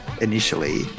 initially